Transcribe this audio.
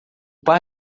par